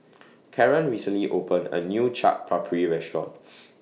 Karren recently opened A New Chaat Papri Restaurant